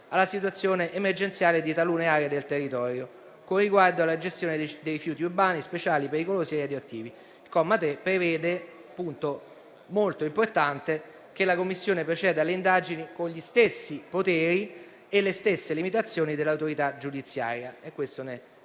alla situazione emergenziale di talune aree del territorio, con riguardo alla gestione dei rifiuti urbani, speciali, pericolosi e radioattivi. Il comma 3, un punto molto importante, prevede che la Commissione procede alle indagini con gli stessi poteri e le stesse limitazioni dell'autorità giudiziaria.